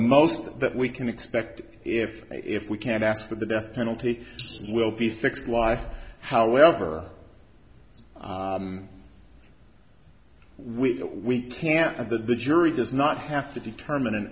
most that we can expect if if we can't ask for the death penalty will be six life however we we can't and that the jury does not have to determine